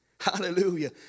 Hallelujah